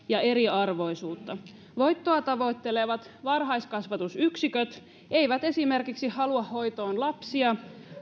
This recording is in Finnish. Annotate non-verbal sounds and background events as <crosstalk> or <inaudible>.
<unintelligible> ja eriarvoisuutta voittoa tavoittelevat varhaiskasvatusyksiköt eivät esimerkiksi halua hoitoon lapsia